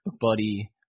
Buddy